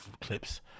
clips